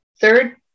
third